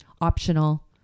optional